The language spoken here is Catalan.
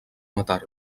matar